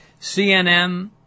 CNN